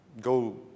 go